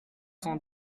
cent